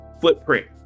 footprint